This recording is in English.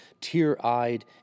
tear-eyed